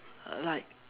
uh like